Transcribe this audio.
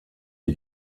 die